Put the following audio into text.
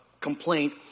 complaint